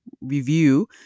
review